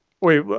wait